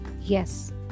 Yes